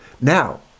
Now